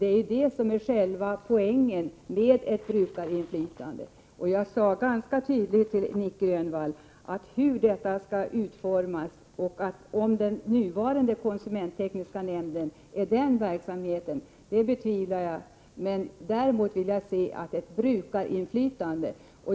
Det är ju det som är själva poängen med ett brukarinflytande. Jag tycker att jag uttryckte mig ganska tydligt, Nic Grönvall, när jag talade om utformningen i detta sammanhang. Om den nuvarande konsumenttekniska nämnden med sin sammansättning är den riktiga verksamhetsformen betvivlar jag. Däremot vill jag alltså ha ett brukarinflytande.